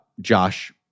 Josh